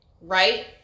right